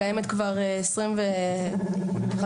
קיימת כבר 25 שנה,